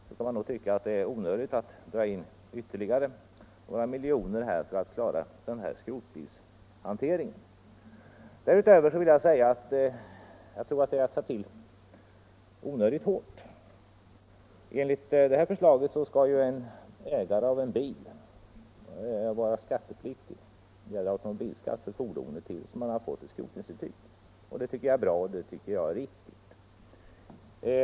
Då kan man tycka att det är onödigt att dra in ytterligare några miljoner kronor för att klara skrotbilshanteringen. Därutöver anser jag att det är att ta till onödigt hårt. Enligt propositionsförslaget skall bilägarna erlägga automobilskatt för sina fordon tills de har fått ett skrotningsintyg, och det är ju bra och riktigt.